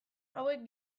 hauek